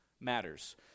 matters